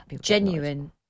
genuine